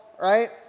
right